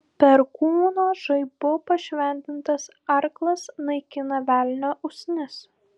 perkūno žaibu pašventintas arklas naikina velnio usnis